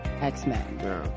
X-Men